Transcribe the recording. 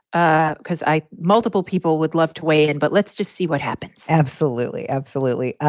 ah because i multiple people would love to weigh in but let's just see what happens absolutely. absolutely.